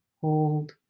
hold